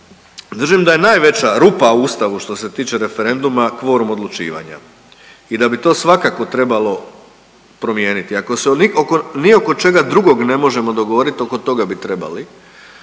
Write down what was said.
držim da je najveća rupa u Ustavu, što se tiče referenduma kvorum odlučivanja i da bi to svakako trebalo promijeniti. Ako se oko, ni oko čega drugog ne možemo dogovoriti, oko toga bi trebali